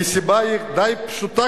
כי הסיבה היא די פשוטה,